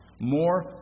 more